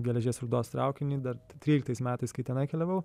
geležies rūdos traukinį dar tryliktais metais kai tenai keliavau